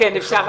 כן, אפשר.